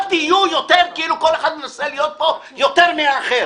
אל תהיו כאילו כל אחד מנסה להיות פה יותר מהאחר.